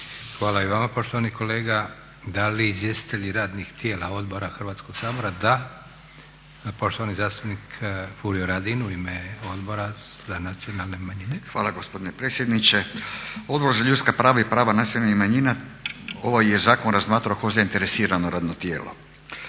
Hvala i vama poštovani kolega. Da li izvjestitelji radnih tijela odbora Hrvatskog sabora? Da. Poštovani zastupnik Furio Radin u ime Odbora za nacionalne manjine. **Radin, Furio (Nezavisni)** Hvala gospodine predsjedniče. Odbor za ljudska prava i prava nacionalnih manjina ovaj je zakon razmatrao kao zainteresirano radno tijelo.